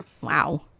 Wow